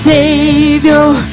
Savior